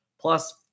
plus